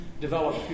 develop